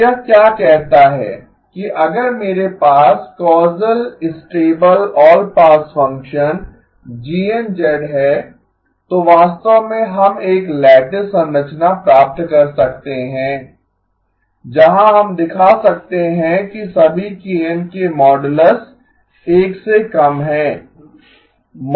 तो यह क्या कहता है कि अगर मेरे पास causal stable all pass function GN है तो वास्तव में हम एक लैटिस संरचना प्राप्त कर सकते हैं जहाँ हम दिखा सकते हैं कि सभी k N के मोडुलस 1 से कम हैं